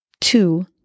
two